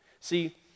See